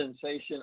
sensation